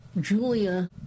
Julia